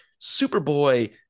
Superboy